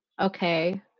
okay